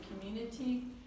community